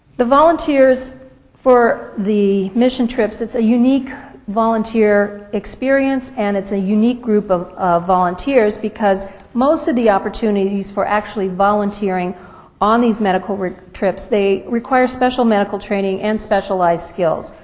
the volunteers for the mission trips, it's a unique volunteer experience and it's a unique group of of volunteers because most of the opportunities for actually volunteering on these medical trips, they require special medical training and specialized skills.